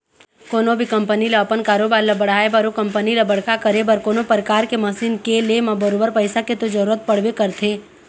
कोनो भी कंपनी ल अपन कारोबार ल बढ़ाय बर ओ कंपनी ल बड़का करे बर कोनो परकार के मसीन के ले म बरोबर पइसा के तो जरुरत पड़बे करथे